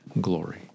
glory